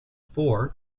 four